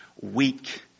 weak